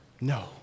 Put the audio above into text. no